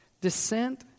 descent